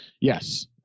yes